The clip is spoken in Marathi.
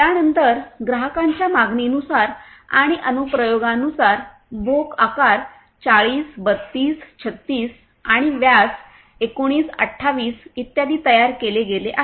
त्यानंतर ग्राहकांच्या मागणीनुसार आणि अनुप्रयोगानुसार भोक आकार 40 32 36 आणि व्यास 19 28 इ तयार केले गेले आहेत